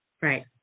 Right